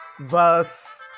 verse